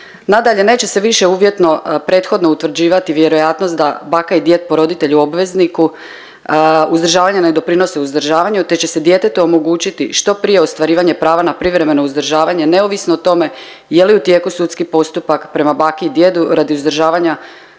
Nadalje neće se više uvjetno prethodno utvrđivati vjerojatnost da baka i djed po roditelju obvezniku uzdržavanja ne doprinose uzdržavanju te će se djetetu omogućiti što prije ostvarivanje prava na privremeno uzdržavanje neovisno o tome je li u tijeku sudski postupak prema baki i djedu radi uzdržavanja